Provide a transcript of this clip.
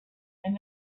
and